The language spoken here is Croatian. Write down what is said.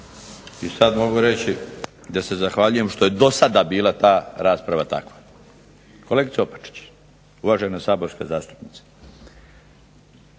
i sad mogu reći da se zahvaljujem što je do sada bila ta rasprava takva. Kolegice Opačić, uvažena saborska zastupnice,